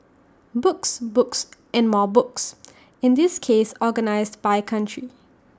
books books and more books in this case organised by country